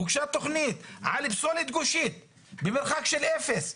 הוגשה תוכנית על פסולת גושית במרחק של אפס,